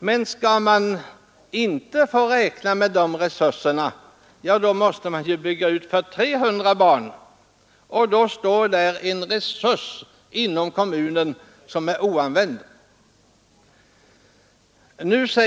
Men skall man inte få räkna med de resurserna måste man bygga ut för 300 barn, och då kommer det inom kommunen att finnas en oanvänd resurs.